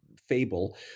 fable